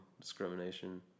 discrimination